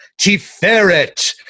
Tiferet